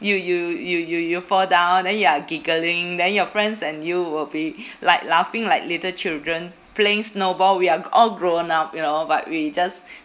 you you you you you fall down then you are giggling then your friends and you will be like laughing like little children playing snowball we are g~ all grown up you know but we just